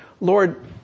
Lord